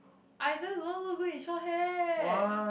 I just don't look good in short hair